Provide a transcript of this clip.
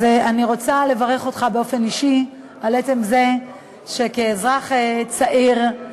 אז אני רוצה לברך אותך באופן אישי על עצם זה שכאזרח צעיר תודה רבה.